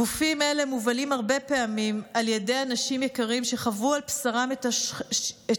גופים אלה מובלים הרבה פעמים על ידי אנשים יקרים שחוו על בשרם את השכול,